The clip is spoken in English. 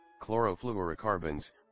Chlorofluorocarbons